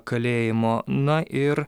kalėjimo na ir